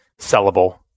sellable